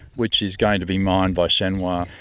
which is going to be mined by shenhua.